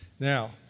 Now